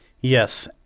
Yes